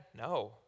No